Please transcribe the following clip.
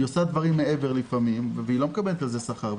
היא עושה דברים מעבר לפעמים והיא לא מקבלת על זה שכר,